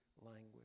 language